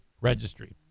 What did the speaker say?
registry